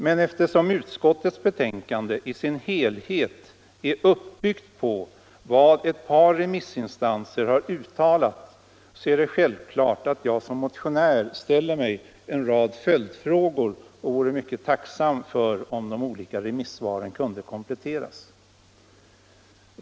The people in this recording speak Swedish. Men eftersom utskottets betänkande i sin helhet är uppbyggt på vad ett par remissinstanser har uttalat, är det naturligt att jag som motionär ställer mig en rad följdfrågor och vore mycket tacksam om de olika remissvaren kunde kompletteras.